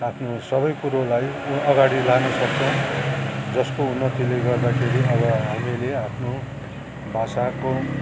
आफ्नो सबै कुरोलाई अगाडि लानु पर्छ जसको उन्नतिले गर्दाखेरि अब हामीले आफ्नो भाषाको